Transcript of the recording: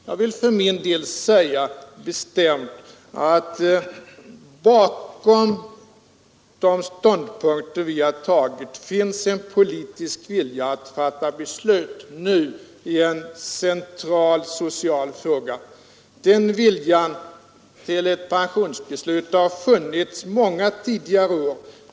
Jag vill emellertid bestämt säga att bakom de ståndpunkter som vi från mitt parti har tagit finns det en politisk vilja att nu fatta beslut i en central social fråga. Den viljan till ett pensionsbeslut har funnits många tidigare år.